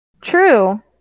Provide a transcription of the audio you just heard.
True